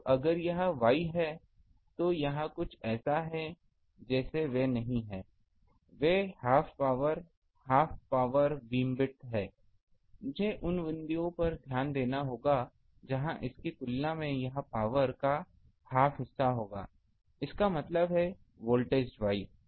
तो अगर यह वाई है तो यह कुछ ऐसा है जैसे वे नहीं हैं वे half power half power beamwidth हैं मुझे उन बिंदुओं पर ध्यान देना होगा जहां इसकी तुलना में यह पावर का हाफ हिस्सा होगा इसका मतलब है वोल्टेज वाइज